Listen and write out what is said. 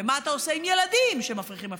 ומה אתה עושה עם ילדים שמפריחים עפיפונים.